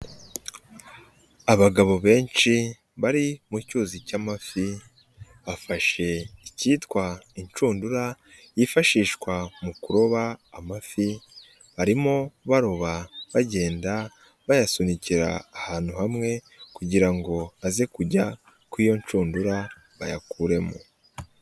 Abagabo benshi bari mu cyuzi cy'amafi, bafashe icyitwa inshundura yifashishwa mu kuroba amafi, barimo baroba, bagenda bayasunikira ahantu hamwe kugira ngo aze kujya ku iyo nshundura bayakuremo.